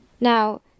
Now